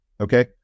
Okay